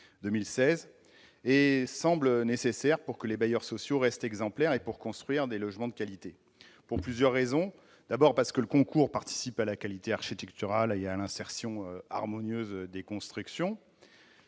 qui semble nécessaire pour que les bailleurs sociaux restent exemplaires et pour construire des logements de qualité. D'abord, le concours participe à la qualité architecturale et à l'insertion harmonieuse des constructions.